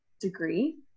degree